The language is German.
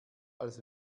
als